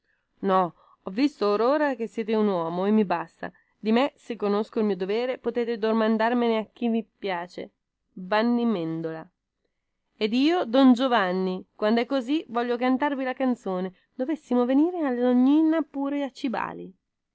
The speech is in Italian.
no ho visto or ora che siete un uomo e mi basta cotesto di me se conosco il mio dovere potete domandarne a chi vi piace vanni mendola ed io don giovanni quandè così voglio cantarvi la canzone dovessimo venire allognina oppure a cifali